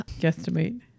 guesstimate